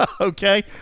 Okay